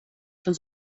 schon